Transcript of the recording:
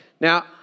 Now